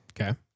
Okay